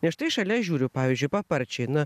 nes štai šalia žiūriu pavyzdžiui paparčiai na